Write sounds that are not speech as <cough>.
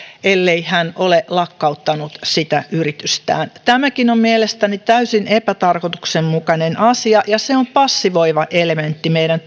ellei hän ole lakkauttanut sitä yritystään tämäkin on mielestäni täysin epätarkoituksenmukainen asia ja se on passivoiva elementti meidän <unintelligible>